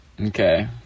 Okay